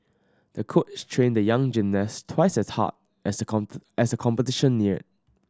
the coach trained the young gymnast twice as hard as the competition neared